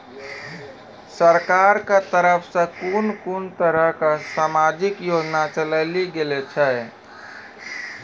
सरकारक तरफ सॅ कून कून तरहक समाजिक योजना चलेली गेलै ये?